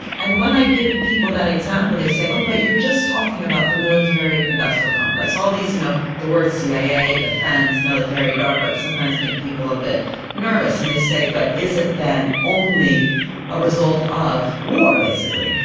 and when i give people that example they say, oh but you are just talking about the military industrial complex, all these, you know, the words cia, defence, military, darpa sometimes make people a bit nervous and they say but is it then only a result of war basically?